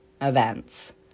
events